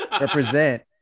represent